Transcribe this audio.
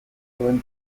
duen